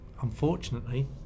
unfortunately